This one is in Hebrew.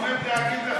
הוא עומד להגיד לך